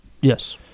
Yes